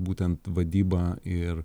būtent vadyba ir